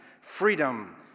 freedom